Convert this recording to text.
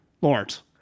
Lawrence